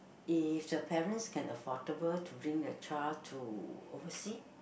if the parents can affordable to bring the child to overseas